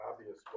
obvious